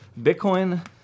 Bitcoin